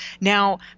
Now